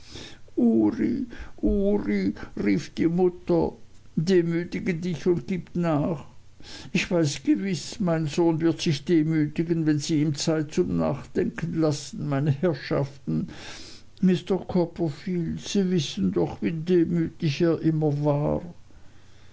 rief die mutter demütige dich und gib nach ich weiß gewiß mein sohn wird sich demütigen wenn sie ihm zeit zum nachdenken lassen meine herrschaften mr copperfield sie wissen doch wie demütig er immer war